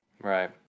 Right